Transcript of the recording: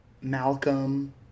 Malcolm